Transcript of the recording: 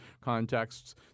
contexts